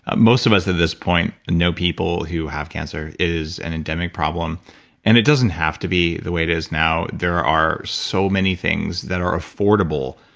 most of us at this point know people who have cancer. it is an endemic problem and it doesn't have to be the way it is now there are so many things that are affordable,